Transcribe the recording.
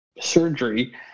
surgery